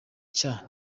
cya